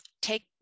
take